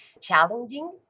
challenging